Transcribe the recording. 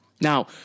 Now